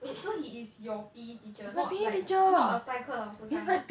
wait so he is your P_E teacher not like not a 代课老师 kind [one] ah